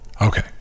Okay